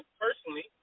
personally